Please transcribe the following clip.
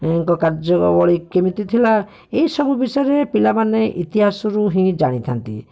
ଙ୍କ କାର୍ଯ୍ୟାବଳି କେମିତି ଥିଲା ଏହିସବୁ ବିଷୟରେ ପିଲାମାନେ ଇତିହାସରୁ ହିଁ ଜାଣିଥାନ୍ତି